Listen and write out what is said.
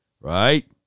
Right